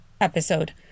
episode